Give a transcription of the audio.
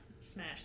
smash